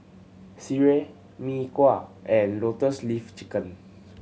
sireh Mee Kuah and Lotus Leaf Chicken